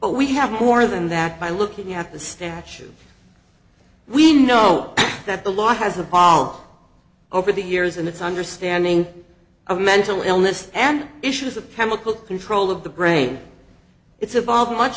but we have more than that by looking at the statue we know that the law has evolved over the years and it's understanding of mental illness and issues of chemical control of the brain it's evolved much